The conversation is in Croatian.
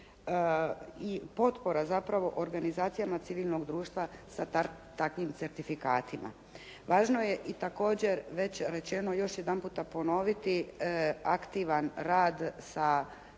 i potpora, zapravo organizacijama civilnoga društva sa takvim certifikatima. Važno je i također već rečeno, ja ću još jedanput ponoviti, aktivan rad sa